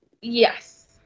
Yes